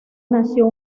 nació